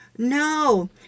No